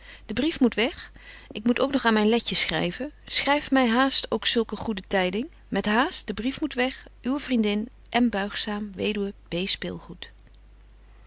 de brief moet weg ik moet ook nog aan myn letje schryven schryf my haast ook zulke goede tyding met haast de brief moet weg uwe vriendin m buigzaam